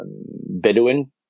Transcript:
Bedouin